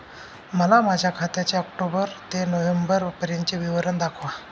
मला माझ्या खात्याचे ऑक्टोबर ते नोव्हेंबर पर्यंतचे विवरण दाखवा